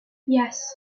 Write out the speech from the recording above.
yes